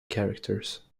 characters